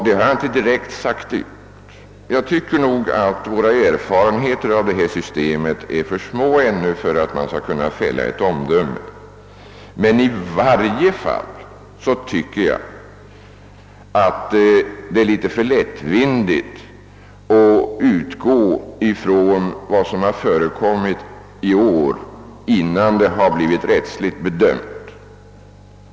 Det har jag inte direkt sagt ut. Jag tycker nog att våra erfarenheter av systemet ännu är alltför obetydliga för att man skall kunna fälla ett riktigt omdöme om det. I varje fall tycker jag det är litet för lättvindigt att utgå från vad som har förekommit i år innan det har blivit rättsligt bedömt.